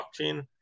blockchain